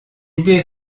idée